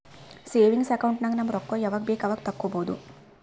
savings account ನಾಗ್ ನಮ್ ರೊಕ್ಕಾ ಯಾವಾಗ ಬೇಕ್ ಅವಾಗ ತೆಕ್ಕೋಬಹುದು